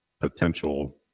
potential